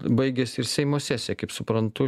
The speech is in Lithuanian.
baigėsi ir seimo sesija kaip suprantu